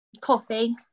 coffee